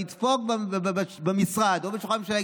לדפוק במשרד או בשולחן הממשלה,